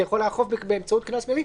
שאתה יכול לאכוף באמצעות קנס מנהלי,